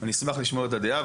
אני אשמח לשמוע את הדעה.